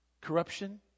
corruption